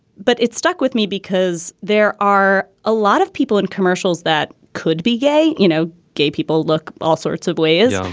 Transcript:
but it stuck with me because there are a lot of people in commercials that could be gay. you know, gay people look all sorts of ways.